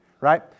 Right